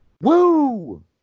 woo